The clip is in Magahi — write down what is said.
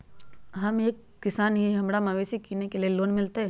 हम एक किसान हिए हमरा मवेसी किनैले लोन मिलतै?